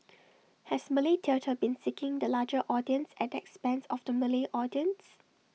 has Malay theatre been seeking the larger audience at the expense of the Malay audience